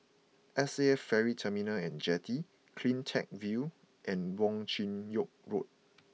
S A F Ferry Terminal and Jetty Cleantech View and Wong Chin Yoke Road